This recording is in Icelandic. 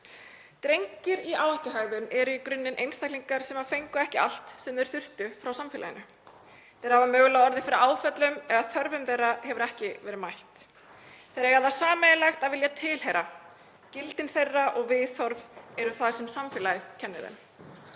Drengir í áhættuhegðun eru í grunninn einstaklingar sem fengu ekki allt sem þeir þurftu frá samfélaginu. Þeir hafa mögulega orðið fyrir áföllum eða þörfum þeirra hefur ekki verið mætt. Þeir eiga það sameiginlegt að vilja tilheyra. Gildin þeirra og viðhorf eru það sem samfélagið kennir þeim.